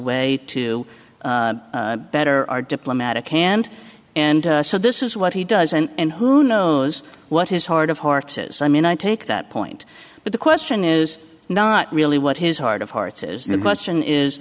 to better our diplomatic hand and so this is what he does and who knows what his heart of hearts is i mean i take that point but the question is not really what his heart of hearts is the question is